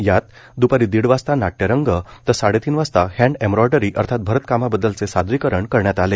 यात द्पारी दीड वाजता नाट्यरंग तर साडेतीन वाजता हँड एम्ब्रॉयडरी अर्थात अरतकामाबद्दलचे सादरीकरण करण्यात आले